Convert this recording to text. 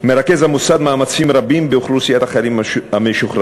המוסד מרכז מאמצים רבים באוכלוסיית החיילים המשוחררים,